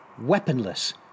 weaponless